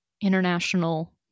international